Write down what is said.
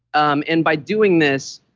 um and by doing this,